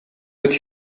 het